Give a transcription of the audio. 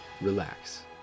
relax